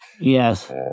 Yes